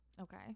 okay